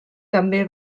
també